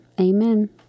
Amen